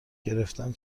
گرفتن